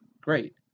great